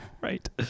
Right